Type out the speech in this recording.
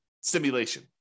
simulation